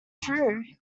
true